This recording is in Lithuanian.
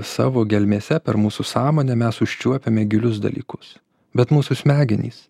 savo gelmėse per mūsų sąmonę mes užčiuopiame gilius dalykus bet mūsų smegenys